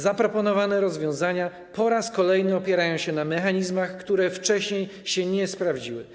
Zaproponowane rozwiązania po raz kolejny opierają się na mechanizmach, które wcześniej się nie sprawdziły.